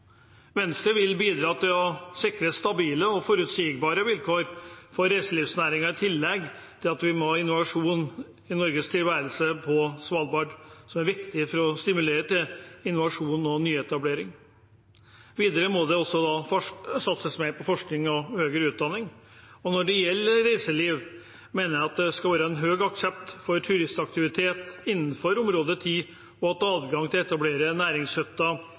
Venstre vil bidra til å sikre stabile og forutsigbare vilkår for reiselivsnæringen, i tillegg til at vi må ha Innovasjon Norges tilstedeværelse på Svalbard. Det er viktig for å stimulere til innovasjon og nyetablering. Videre må det også satses mer på forskning og høyere utdanning. Og når det gjelder reiseliv, mener jeg at det skal være høy aksept for turistaktivitet innenfor område 10, og at adgang til å etablere